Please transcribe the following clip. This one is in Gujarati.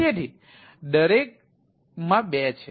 તેથી તે દરેકમાં 2 છે